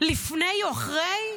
לפני או אחרי?